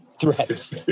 Threats